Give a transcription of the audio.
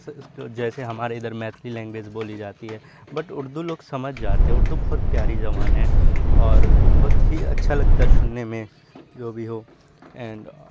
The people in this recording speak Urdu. جیسے ہمارے ادھر میتھلی لینگویج بولی جاتی ہے بٹ اردو لوگ سمجھ جاتے ہیں اردو بہت پیاری زمان ہے اور بہت ہی اچھا لگتا ہے سننے میں جو بھی ہو اینڈ